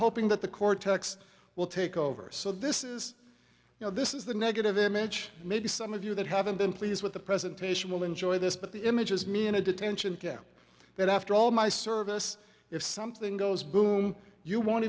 hoping that the cortex will take over so this is you know this is the negative image maybe some of you that haven't been pleased with the presentation will enjoy this but the images mean a detention camp that after all my service if something goes boom you w